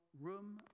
room